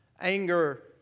Anger